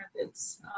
methods